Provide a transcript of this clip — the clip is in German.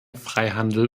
freihandel